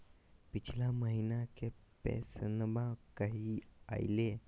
पिछला महीना के पेंसनमा कहिया आइले?